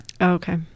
okay